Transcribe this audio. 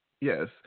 Yes